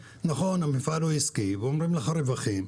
המפעל הוא עסקי ומדברים על רווחים,